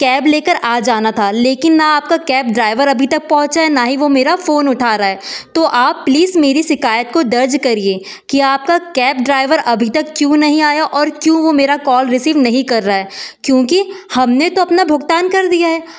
cab लेकर आ जाना था लेकिन न आपका कैब ड्राइवर अभी तक पहुँचा है न ही वह मेरा फोन उठा रहा है तो आप प्लीज़ मेरी शिकायत को दर्ज करिए कि आपका कैब ड्राइवर अभी तक क्यों नहीं आया और क्यों वह मेरा कॉल रिसीव नहीं कर रहा है क्योंकि हमने तो अपना भुगतान कर दिया है